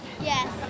Yes